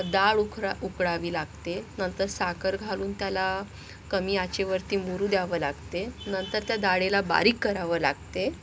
डाळ उखरा उकळावी लागते नंतर साखर घालून त्याला कमी आचेवरती मुरू द्यावं लागते नंतर त्या डाळीला बारीक करावं लागते